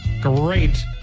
Great